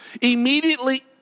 Immediately